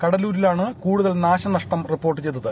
കടലൂരിലാണ് കൂടുതൽ നാശനഷ്ടം റിപ്പോർട്ട് ചെയ്തത്